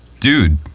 dude